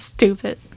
Stupid